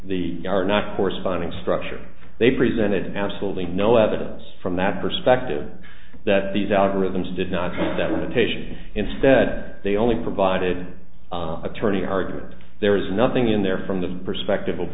the are not corresponding structure they presented absolutely no evidence from that perspective that these algorithms did not have that in the patient instead they only provided attorney argument there is nothing in there from the perspective of